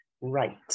right